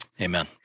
Amen